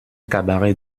cabaret